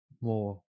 more